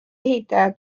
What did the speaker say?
ehitaja